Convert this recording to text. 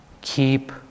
keep